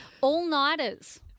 All-nighters